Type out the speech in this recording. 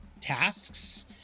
tasks